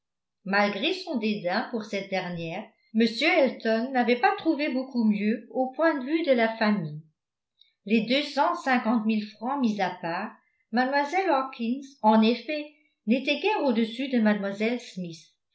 malgré son dédain pour cette dernière m elton n'avait pas trouvé beaucoup mieux au point de vue de la famille les deux cent cinquante mille francs mis à part mlle hawkins en effet n'était guère au-dessus de mlle smith